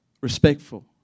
respectful